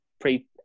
pre